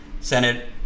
Senate